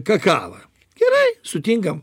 kakava gerai sutinkam